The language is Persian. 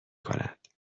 کند